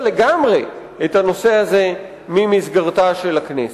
לגמרי את הנושא הזה ממסגרתה של הכנסת.